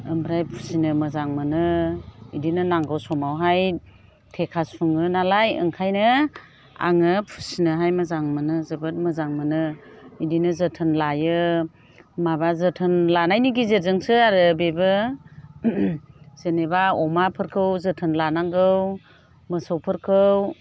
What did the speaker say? ओमफ्राय फिसिनो मोजां मोनो बिदिनो नांगौ समावहाय थेखा सङो नालाय ओंखायनो आंङो फिसिनोहाय मोजां मोनो जोबोद मोजां मोनो बिदिनो जोथोन लायो माबा जोथोन लानायनि गेजेरजोंसो आरो बेबो जेनेबा अमाफोरखौ जोथोन लानांगौ मोसौफोरखौ